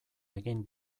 egin